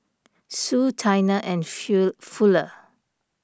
Sue Taina and fill Fuller